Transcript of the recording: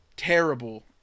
terrible